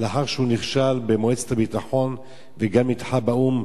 לאחר שהוא נכשל במועצת הביטחון וגם נדחה באו"ם,